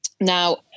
Now